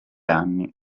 anni